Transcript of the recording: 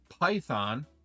Python